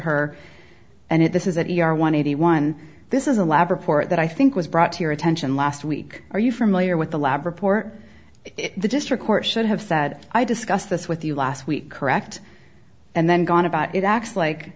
her and it this is that you are one eighty one this is a lab report that i think was brought to your attention last week are you familiar with the lab report the district court should have said i discussed this with you last week correct and then gone about it acts like